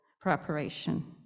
preparation